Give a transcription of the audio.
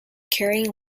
carrying